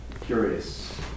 Curious